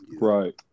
right